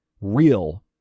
real